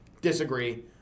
Disagree